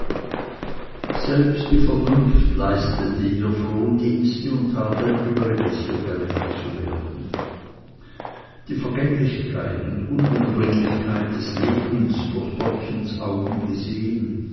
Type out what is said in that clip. selbst die vernunft leistete ihr frondienste und tat ein übriges ihr gerecht zu werden die vergänglichkeit und unwiederbringlichkeit des lebens durch dortchens augen gesehen